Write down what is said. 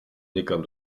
někam